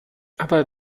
aber